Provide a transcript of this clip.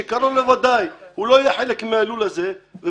שקרוב לוודאי לא יהיו חלק מהלול הזה.